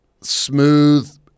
smooth